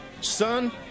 Son